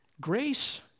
Grace